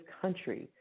country